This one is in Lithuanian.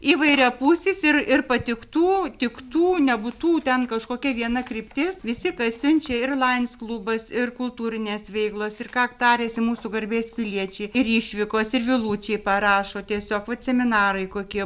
įvairiapusis ir ir patiktų tiktų nebūtų ten kažkokia viena kryptis visi kas siunčia ir lansklubas ir kultūrinės veiklos ir ką tariasi mūsų garbės piliečiai ir išvykos ir vilučiai parašo tiesiog vat seminarai kokie